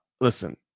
Listen